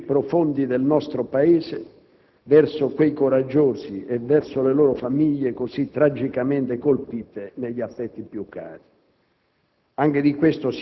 i sentimenti più profondi del nostro Paese verso quei coraggiosi e verso le loro famiglie così tragicamente colpite negli affetti più cari.